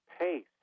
pace